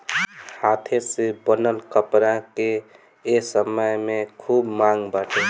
हाथे से बनल कपड़ा के ए समय में खूब मांग बाटे